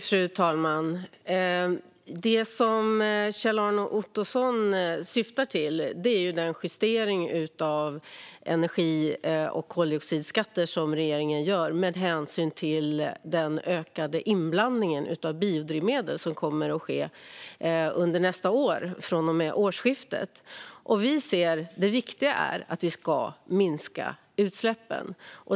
Fru talman! Det som Kjell-Arne Ottosson syftar på är den justering av energi och koldioxidskatter som regeringen gör med hänsyn till den ökade inblandning av biodrivmedel som kommer att ske från och med årsskiftet. Det viktiga är att vi ska minska utsläppen.